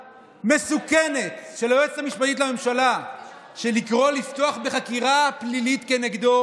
והמסוכנת של היועצת המשפטית לממשלה לקרוא לפתוח בחקירה פנימית נגדו